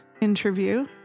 interview